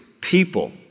people